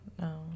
No